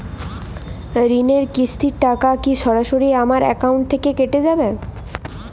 ঋণের কিস্তির টাকা কি সরাসরি আমার অ্যাকাউন্ট থেকে কেটে যাবে?